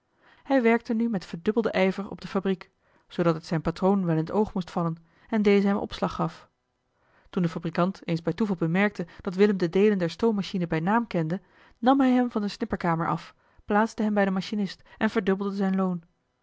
hij werkte nu met verdubbelden ijver op de fabriek zoodat het zijn patroon wel in t oog moest vallen en deze hem opslag gaf toen de fabrikant eens bij toeval bemerkte dat willem de deelen der stoommachine bij name kende nam hij hem van de snipperkamer af plaatste hem bij den machinist en verdubbelde zijn loon